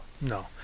no